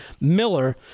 miller